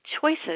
choices